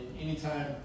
anytime